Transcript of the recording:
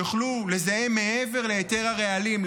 יוכלו לזהם מעבר להיתר הרעלים,